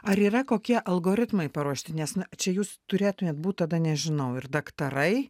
ar yra kokie algoritmai paruošti nes na čia jūs turėtumėt būt tada nežinau ir daktarai